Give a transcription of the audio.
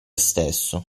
stesso